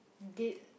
did